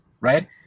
right